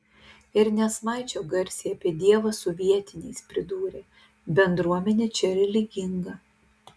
ir nesvaičiok garsiai apie dievą su vietiniais pridūrė bendruomenė čia religinga